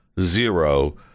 Zero